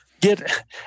get